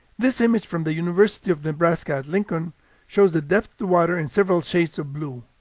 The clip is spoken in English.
this image from the university of nebraska at lincoln shows the depth to water in several shades of blue.